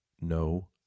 No